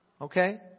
Okay